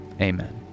Amen